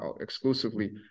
exclusively